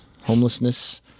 homelessness